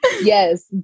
Yes